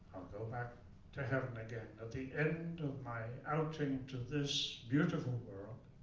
go back to heaven again at the end of my outing to this beautiful world.